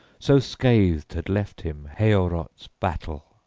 so scathed had left him heorot's battle.